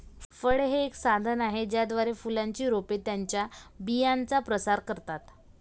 फळे हे एक साधन आहे ज्याद्वारे फुलांची रोपे त्यांच्या बियांचा प्रसार करतात